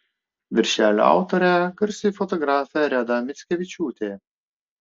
viršelio autorė garsi fotografė reda mickevičiūtė